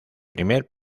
primer